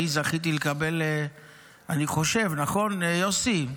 אני זכיתי לקבל, אני חושב, נכון, יוסי?